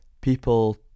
people